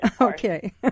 Okay